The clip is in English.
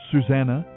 Susanna